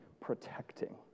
protecting